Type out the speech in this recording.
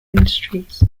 industries